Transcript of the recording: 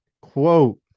Quote